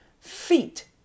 feet